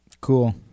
cool